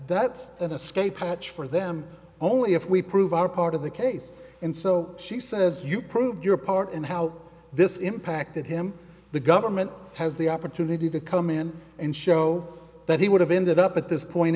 that's an escape hatch for them only if we prove our part of the case and so she says you prove your part and how this impacted him the government has the opportunity to come in and show that he would have ended up at this point